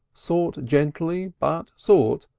sought gently, but sought,